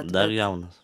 dar jaunas